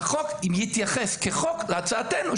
החוק מתייחס כחוק להצעתנו.